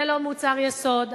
זה לא מוצר יסוד,